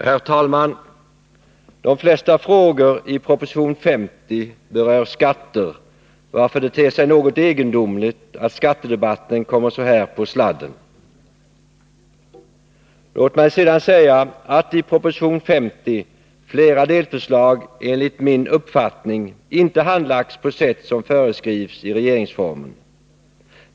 Herr talman! De flesta frågor i proposition 50 berör skatter, varför det ter sig något egendomligt att skattedebatten kommer så här på sladden. Låt mig sedan säga att i proposition 50 flera delförslag enligt min uppfattning inte har handlagts på sätt som föreskrivs i regeringsformen.